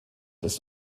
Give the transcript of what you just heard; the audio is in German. ist